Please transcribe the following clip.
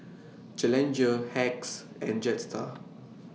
Challenger Hacks and Jetstar